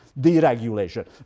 deregulation